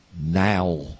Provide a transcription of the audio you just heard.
now